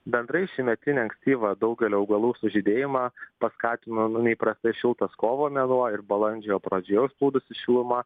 bendrai šiųmetinį ankstyvą daugelio augalų sužydėjimą paskatino nu neįprastai šiltas kovo mėnuo ir balandžio pradžioje užplūdusi šiluma